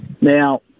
now